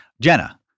Jenna